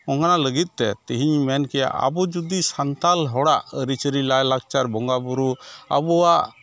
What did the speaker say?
ᱚᱱᱟ ᱞᱟᱹᱜᱤᱫ ᱛᱮ ᱛᱮᱦᱮᱧ ᱢᱮᱱ ᱠᱮᱭᱟ ᱟᱵᱚ ᱡᱚᱫᱤ ᱥᱟᱱᱛᱟᱲ ᱦᱚᱲᱟᱜ ᱟᱹᱨᱤᱼᱪᱟᱹᱞᱤ ᱞᱟᱭᱼᱞᱟᱠᱪᱟᱨ ᱵᱚᱸᱜᱟᱼᱵᱳᱨᱳ ᱟᱵᱚᱣᱟᱜ